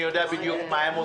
אני יודע בדיוק מה הם עושים.